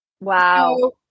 Wow